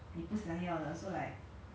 it's like a super big item like